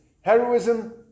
heroism